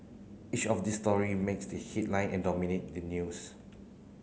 each of these story makes the headline and dominate the news